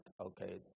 okay